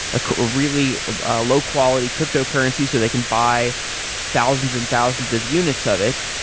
ah really ah low-quality cryptocurrency so they can buy thousands and thousands of units of it.